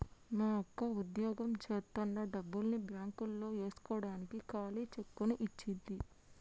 మా అక్క వుద్యోగం జేత్తన్న డబ్బుల్ని బ్యేంకులో యేస్కోడానికి ఖాళీ చెక్కుని ఇచ్చింది